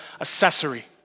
accessory